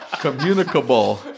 Communicable